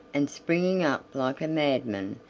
and springing up like a madman,